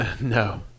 No